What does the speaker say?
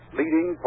leading